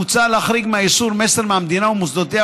מוצע להחריג מהאיסור מסר מהמדינה ומוסדותיה,